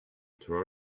throw